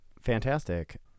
Fantastic